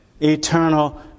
Eternal